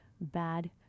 bad